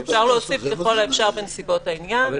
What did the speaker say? אפשר להוסיף "ככל האפשר בנסיבות העניין",